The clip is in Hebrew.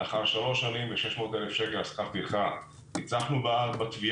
ולאחר שלוש שנים ו-600,000 שקל שכר טרחה ניצחנו בתביעה.